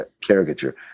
caricature